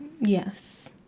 Yes